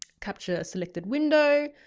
capture selected window,